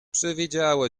przywidziało